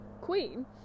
queen